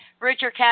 richard